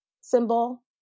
symbol